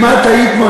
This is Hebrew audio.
היא מתחרה במירי רגב.